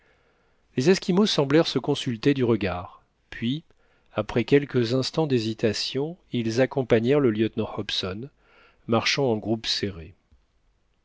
les esquimaux semblèrent se consulter du regard puis après quelques instants d'hésitation ils accompagnèrent le lieutenant hobson marchant en groupe serré